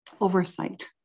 oversight